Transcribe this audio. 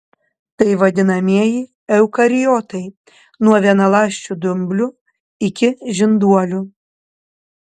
tai vadinamieji eukariotai nuo vienaląsčių dumblių iki žinduolių